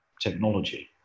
technology